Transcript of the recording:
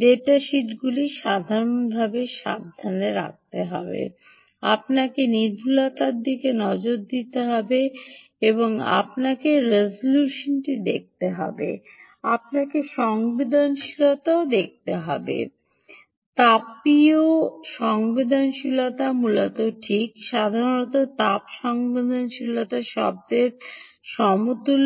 data শিটগুলি সাবধানতার সাথে দেখতে হবে আপনাকে নির্ভুলতার দিকে নজর দিতে হবে আপনাকে রেজোলিউশনটি দেখতে হবে আপনাকে সংবেদনশীলতাও দেখতে হবে তাপীয় সংবেদনশীলতা মূলত ঠিক সাধারণত তাপ সংবেদনশীলতা শব্দের সমতুল্য